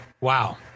Wow